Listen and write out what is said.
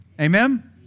Amen